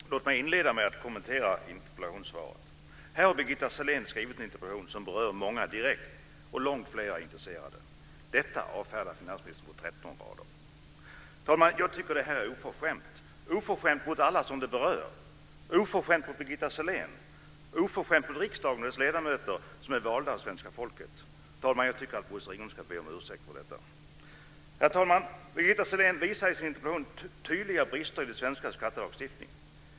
Herr talman! Låt mig inleda med att kommentera interpellationssvaret. Här har Birgitta Sellén väckt en interpellation som berör många direkt och långt fler intresserade. Detta avfärdar finansministern i ett svar som motsvarar ca 13 rader. Herr talman! Jag tycker att detta är oförskämt mot alla dem som denna fråga berör, oförskämt mot Birgitta Sellén, oförskämt mot riksdagen och dess ledamöter, valda av svenska folket. Herr talman! Jag tycker att Bosse Ringholm ska be om ursäkt för detta. Herr talman! Birgitta Sellén visar i sin interpellation tydliga brister i den svenska skattelagstiftningen.